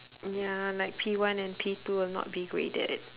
ya like P one and P two will not be graded